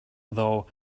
though